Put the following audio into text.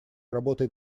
работает